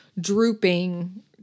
drooping